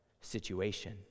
situation